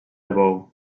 bou